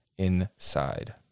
inside